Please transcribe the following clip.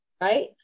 right